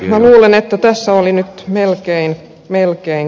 minä luulen että tässä oli nyt melkein kaikki